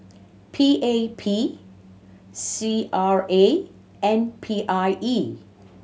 P A P C R A and P I E